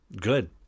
Good